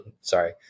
sorry